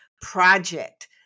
project